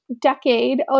decade